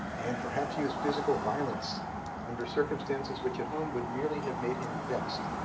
and perhaps used physical violence under circumstances which, at home, would merely have made him vexed.